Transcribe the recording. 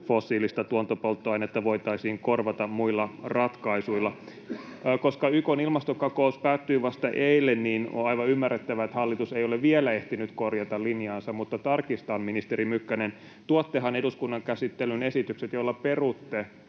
fossiilista tuontipolttoainetta voitaisiin korvata muilla ratkaisuilla. Koska YK:n ilmastokokous päättyi vasta eilen, on aivan ymmärrettävää, että hallitus ei ole vielä ehtinyt korjata linjaansa, mutta tarkistan, ministeri Mykkänen, että tuottehan eduskunnan käsittelyyn esitykset, joilla perutte